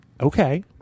okay